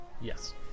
Yes